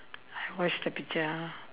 I watch the picture ah